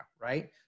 right